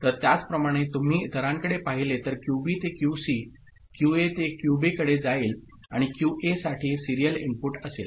तर त्याचप्रमाणे तुम्ही इतरांकडे पाहिले तर क्यूबी ते क्यूसी क्यूए ते क्यूबीकडे जाईल आणि क्यूएसाठी सिरियल इनपुट असेल